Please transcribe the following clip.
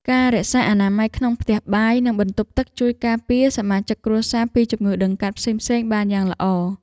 ការរក្សាអនាម័យក្នុងផ្ទះបាយ និងបន្ទប់ទឹកជួយការពារសមាជិកគ្រួសារពីជំងឺដង្កាត់ផ្សេងៗបានយ៉ាងល្អ។